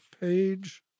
page